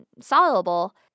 soluble